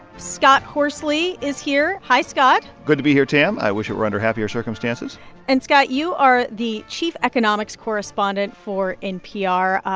scott horsley is here hi, scott good to be here, tam. i wish it were under happier circumstances and scott, you are the chief economics correspondent for npr.